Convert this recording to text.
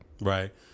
Right